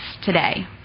today